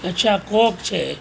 અચ્છા કોક છે